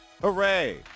hooray